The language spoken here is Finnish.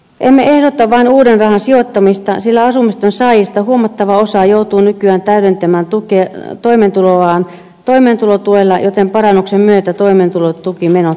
emme ehdota vain uuden rahan sijoittamista sillä asumistuen saajista huomattava osa joutuu nykyään täydentämään toimeentuloaan toimeentulotuella joten parannuksen myötä toimeentulotukimenot pienenisivät